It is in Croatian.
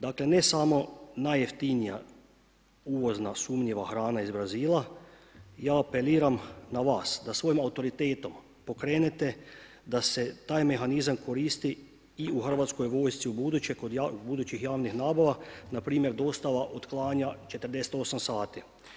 Dakle ne samo najjeftinija uvozna sumnjiva hrana iz Brazila, ja apeliram na vas da svojim autoritetom pokrenete da se taj mehanizam koristi i u Hrvatskoj vojsci i kod budućih javnih nabava, npr. dostava od klanja 48 sati.